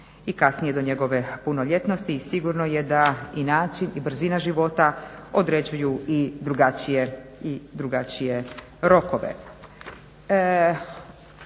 i kasnije do njegove punoljetnosti. I sigurno je da i način i brzina života određuju i drugačije rokove.